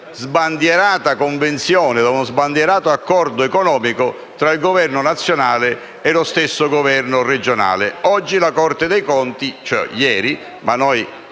sbandierata convenzione, da uno sbandierato accordo economico tra il Governo nazionale e lo stesso governo regionale. Ieri la Corte dei conti ha detto